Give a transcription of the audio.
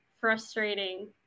frustrating